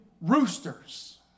Roosters